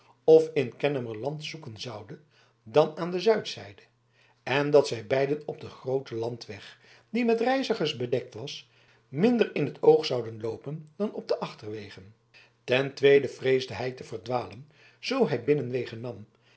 of in kennemerland zoeken zoude dan aan de zuidzijde en dat zij beiden op den grooten landweg die met reizigers bedekt was minder in t oog zouden loop en dan op achterwegen ten tweede vreesde hij te verdwalen zoo hij binnenwegen nam